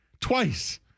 twice